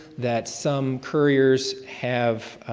that some couriers have